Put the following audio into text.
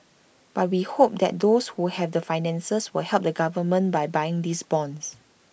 but we hope that those who have the finances will help the government by buying these bonds